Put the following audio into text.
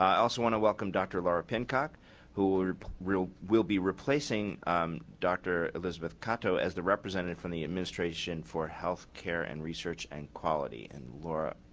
also want to welcome dr. laura pin cock who will will be replacing dr. elizabeth cato as the representative from the administration for health care and research and quality. and laura,